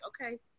okay